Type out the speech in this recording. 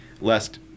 lest